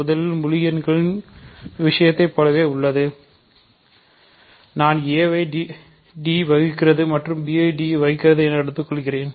முதலில் முழு எண்களின் விஷயத்தைப் போலவே உள்ளது நான் a ஐ d வகுக்கிறதுமற்றும் b ஐ d வகுக்கிறது என எடுத்துக் கொள்கிறேன்